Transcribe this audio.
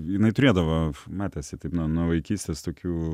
jinai turėdavo matėsi taip nuo vaikystės tokių